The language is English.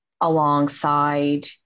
alongside